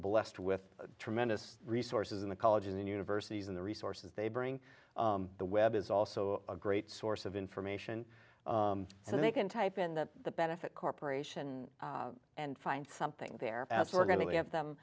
blessed with tremendous resources in the colleges and universities and the resources they bring the web is also a great source of information and they can type in that the benefit corporation and find something they're as we're going to have them